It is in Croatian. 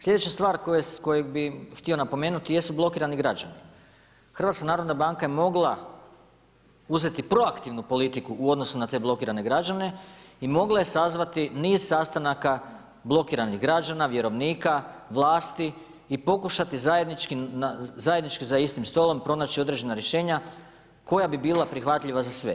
Slijedeća stvar koju bi htio napomenuti jesu blokirani građani, HNB je mogla uzeti proaktivnu politiku u odnosu na te blokirane građane i mogla je sazvati niz sastanaka blokiranih građana, vjerovnika, vlasti i pokušati zajednički za istim stolom pronaći određena rješenja koja bi bila prihvatljiva za sve.